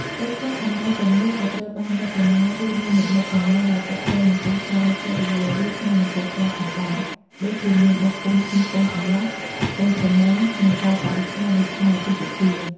ពេលខ្លះ អំណោយទាំងនោះក៏ត្រូវបានរចនា ឬមាននិមិត្តសញ្ញាដែលទាក់ទងនឹងគូស្វាមីភរិយា ឬថ្ងៃមង្គលការផងដែរ ដូចជាមានបោះពុម្ពឈ្មោះកូនកំលោះ កូនក្រមុំ និងកាលបរិច្ឆេទនៃថ្ងៃអាពាហ៍ពិពាហ៍។